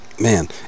Man